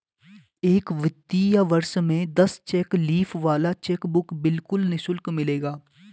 एक वित्तीय वर्ष में दस चेक लीफ वाला चेकबुक बिल्कुल निशुल्क मिलेगा